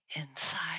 inside